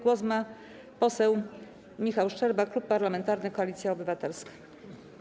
Głos ma poseł Michał Szczerba, Klub Parlamentarny Koalicja Obywatelska.